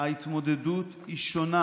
ההתמודדות היא שונה.